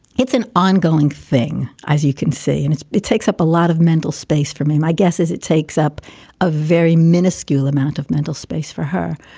it's an ongoing thing, as you can see. and it's it takes up a lot of mental space for me. my guess is it takes up a very minuscule amount of mental space for her.